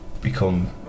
become